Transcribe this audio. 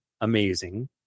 amazing